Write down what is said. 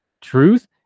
Truth